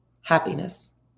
happiness